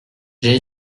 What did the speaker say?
j’ai